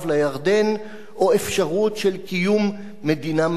או אפשרות של קיום מדינה מפורזת כזאת.